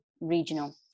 regional